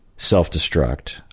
self-destruct